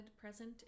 present